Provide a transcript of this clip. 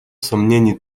сомнений